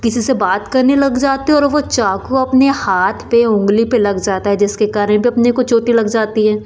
किसी से बात करने लग जाते हो और वह चाकू अपने हाथ पर उंगली पर लग ज़ाता है जिसके कारण पर अपने को चोटें लग ज़ाती हैं